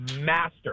master